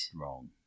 Wrong